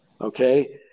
okay